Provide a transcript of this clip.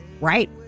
Right